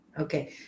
Okay